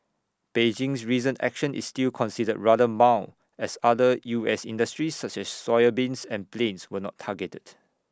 Beijing's recent action is still considered rather mild as other us industries such as soybeans and planes were not targeted